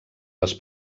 les